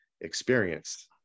experience